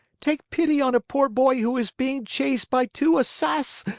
take pity on a poor boy who is being chased by two assass